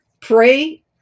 Pray